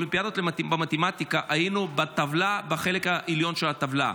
באולימפיאדות למתמטיקה בטבלה בחלק העליון של הטבלה.